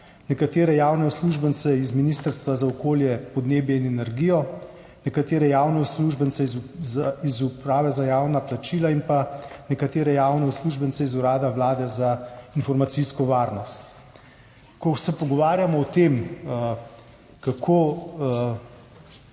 nekatere javne uslužbence iz Ministrstva za okolje, podnebje in energijo, nekatere javne uslužbence iz Uprave za javna plačila in pa nekatere javne uslužbence iz Urada Vlade za informacijsko varnost. Ko se pogovarjamo o tem, kako